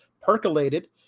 percolated